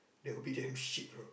they will be damn shit bro